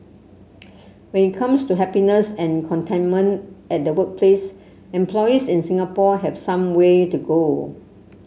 when it comes to happiness and contentment at the workplace employees in Singapore have some way to go